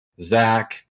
Zach